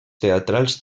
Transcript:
teatrals